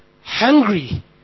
hungry